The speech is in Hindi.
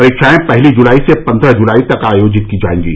परीक्षाएं पहली जुलाई से पन्द्रह जुलाई तक आयोजित की जाएंगी